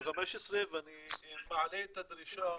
ב-2015 אני מעלה את הדרישה,